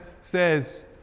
says